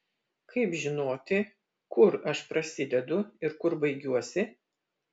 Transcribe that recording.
kaip žinoti kur aš prasidedu ir kur baigiuosi